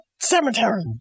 cemetery